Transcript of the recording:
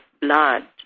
blood